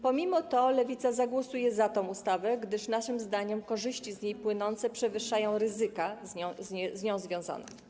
Pomimo tego Lewica zagłosuje za tą ustawą, gdyż naszym zdaniem korzyści z niej płynące przewyższają ryzyka z nią związane.